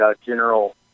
General